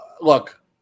look